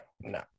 No